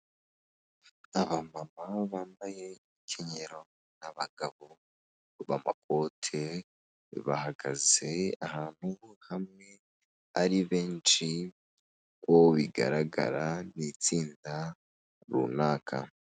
Aba mama bambaye imikenyero abagabo b' amakote bahagaze ahantu hamwe ari benshi uwo bigaragara n'itsinda runaka.